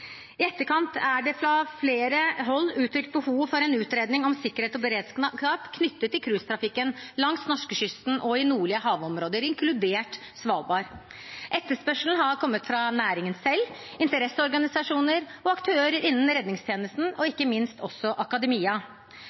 I etterkant er det fra flere hold uttrykt behov for en utredning om sikkerhet og beredskap knyttet til cruisetrafikken langs norskekysten og i nordlige havområder, inkludert Svalbard. Etterspørselen har kommet fra næringen selv, interesseorganisasjoner, aktører innen redningstjenesten og ikke minst også akademia.